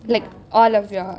all of you all